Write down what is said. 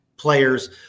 players